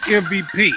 mvp